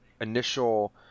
initial